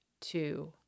two